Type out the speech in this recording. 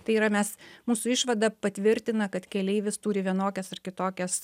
tai yra mes mūsų išvada patvirtina kad keleivis turi vienokias ar kitokias